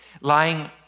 Lying